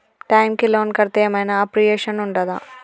Time కి loan కడ్తే ఏం ఐనా అప్రిషియేషన్ ఉంటదా?